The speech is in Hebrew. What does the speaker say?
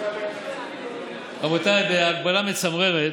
רבותיי, בהקבלה מצמררת